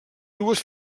dues